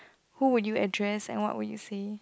who will you address and what would you say